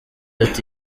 ati